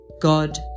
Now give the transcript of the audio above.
God